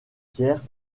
pierre